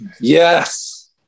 Yes